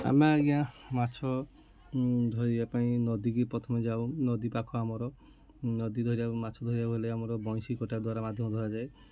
ଆମେ ଆଜ୍ଞା ମାଛ ଧରିବା ପାଇଁ ନଦୀକୁ ପ୍ରଥମେ ଯାଉ ନଦୀ ପାଖ ଆମର ନଦୀ ଧରିବା ମାଛ ଧରିବା ବେଳେ ଆମର ବଇଁଶୀ କଟା ଦ୍ୱାରା ମାଧ୍ୟମ ଧରାଯାଏ